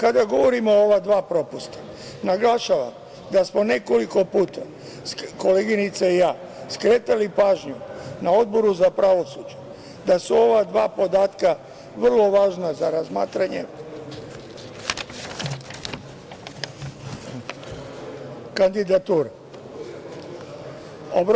Kada govorimo o ova dva propusta, naglašavam da smo nekoliko puta, koleginica i ja, skretali pažnju, na Odboru za pravosuđe, da su ova dva podatka vrlo važna za razmatranje kandidature.